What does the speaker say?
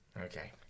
Okay